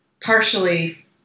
partially